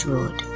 Road